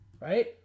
right